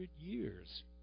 years